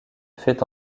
fait